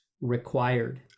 required